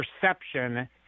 perception